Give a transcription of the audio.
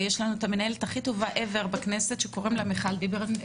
יש לנו את המנהלת הכי טובה שיש בכל הכנסת שקוראים לה מיכל דיבנר,